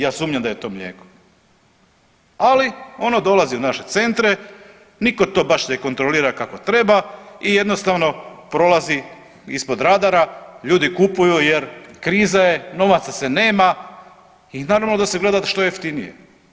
Ja sumnjam da je to mlijeko, ali ono dolazi u naše centre, niko to baš ne kontrolira kako treba i jednostavno prolazi ispod radara, ljudi kupuju jer kriza je, novaca se nema i naravno da se gleda što jeftinije.